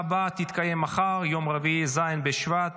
הגנה על חושפי שחיתויות ומתריעים בנסיבות ביטחוניות),